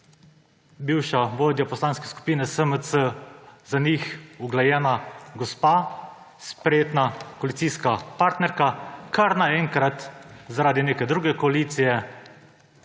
bivša vodja Poslanske skupine SMC, za njih uglajena gospa, spretna koalicijska partnerka, kar naenkrat zaradi neke druge koalicije